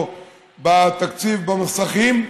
או בתקציב במסכים?